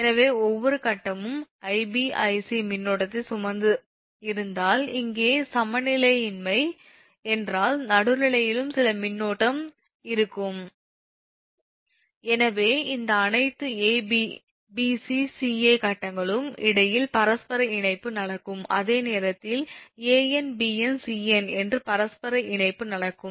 எனவே ஒவ்வொரு கட்டமும் 𝐼𝑏 𝐼𝑐 மின்னோட்டத்தை சுமந்து இருந்தால் இங்கே அது சமநிலையின்மை என்றால் நடுநிலையிலும் சில மின்னோட்டம் இருக்கும் எனவே இந்த அனைத்து ab 𝑏𝑐 𝑐𝑎 கட்டங்களுக்கும் இடையில் பரஸ்பர இணைப்பு நடக்கும் அதே நேரத்தில் 𝑎𝑛 𝑏𝑛 𝑐𝑛 என்று பரஸ்பர இணைப்பு நடக்கும்